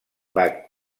bach